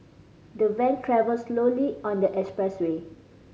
the van travelled slowly on the expressway